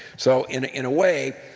so in in a way,